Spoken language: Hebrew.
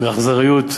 באכזריות,